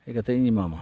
ᱦᱮᱡ ᱠᱟᱛᱮᱧ ᱮᱢᱟᱢᱟ